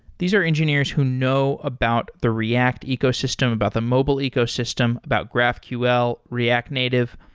these are engineers who know about the react ecosystem, about the mobile ecosystem, about graphql, react native.